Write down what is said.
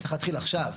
צריך להתחיל עכשיו.